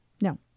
No